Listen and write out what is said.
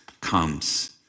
comes